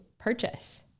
purchase